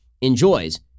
enjoys